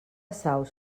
saus